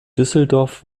düsseldorf